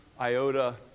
iota